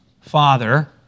Father